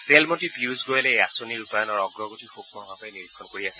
ৰেলমন্ত্ৰী পীযুষ গোৱেলে এই আঁচনি ৰূপায়ণৰ অগ্ৰগতি সুক্ষ্মভাৱে নিৰীক্ষণ কৰি আছে